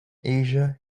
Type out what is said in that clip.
asia